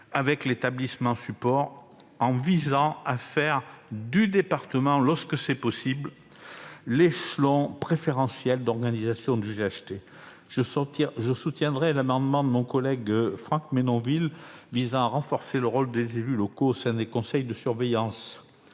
avec l'établissement support, en veillant dans la mesure du possible à faire du département l'échelon préférentiel d'organisation du GHT. Je soutiendrai l'amendement de mon collègue Franck Menonville visant à renforcer le rôle des élus locaux au sein des conseils de surveillance.